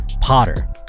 potter